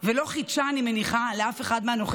ולא חידשה, אני מניחה, לאף אחד מהנוכחים.